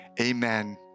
amen